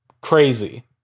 crazy